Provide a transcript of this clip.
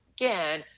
again